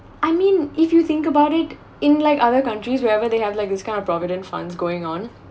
I mean if you think about it in like other countries wherever they have like this kind of provident funds going on